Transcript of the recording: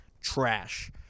trash